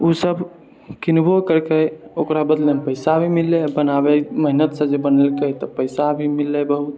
उसब किनबो कयलकय ओकरा बदलामे पैसा भी मिललइ बनाबय मेहनतसँ जे बनेलकइ तऽ पैसा भी मिललइ बहुत